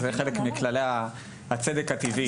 זה חלק מכללי הצדק הטבעי.